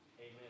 Amen